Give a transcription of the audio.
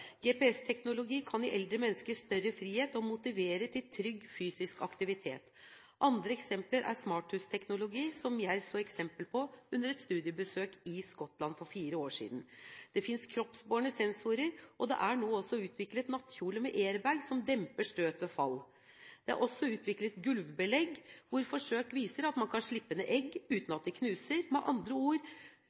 GPS-teknologi kan gi eldre mennesker større frihet og motivere til trygg fysisk aktivitet. Andre eksempler er smarthusteknologi, som jeg så eksempel på under et studiebesøk i Skottland for fire år siden. Det finnes kroppsbårne sensorer, og det er nå utviklet nattkjole med airbag som demper støt ved fall. Det er også utviklet gulvbelegg, og forsøk viser at man kan slippe ned egg uten at de knuses, med andre ord